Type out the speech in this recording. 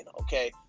okay